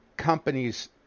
companies